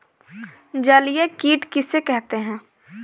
जलीय कीट किसे कहते हैं?